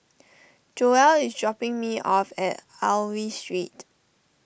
Joel is dropping me off at Aliwal Street